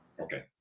Okay